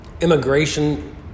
Immigration